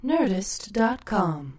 Nerdist.com